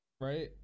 right